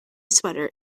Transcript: sweater